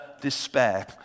despair